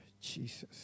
Jesus